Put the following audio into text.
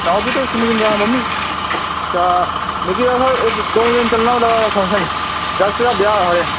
सनाओ भी तुस किन्ने दिन जाना मिम्मी तां मिगी तुस ओह् द द दो दिन चलना ओह् लगातार फंक्शन जागते दा ब्याह् साढ़े